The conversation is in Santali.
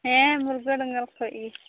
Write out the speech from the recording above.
ᱦᱮᱸ ᱢᱩᱨᱜᱟᱹ ᱰᱟᱸᱜᱟᱞ ᱠᱷᱚᱱ ᱜᱮ